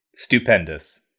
Stupendous